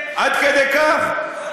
עד כדי כך,